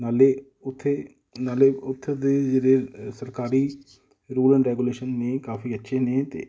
ਨਾਲੇ ਉੱਥੇ ਨਾਲੇ ਉੱਥੇ ਦੇ ਜਿਹੜੇ ਸਰਕਾਰੀ ਰੂਲ ਐਂਡ ਰੈਗੂਲੇਸ਼ਨ ਨੇ ਕਾਫੀ ਅੱਛੇ ਨੇ ਅਤੇ